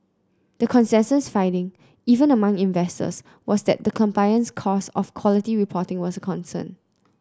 the consensus finding even among investors was that the compliance cost of quality reporting was a concern